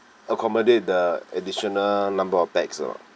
accommodate the additional number of paxs or not